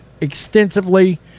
extensively